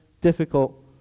difficult